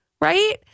Right